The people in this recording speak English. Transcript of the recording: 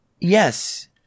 Yes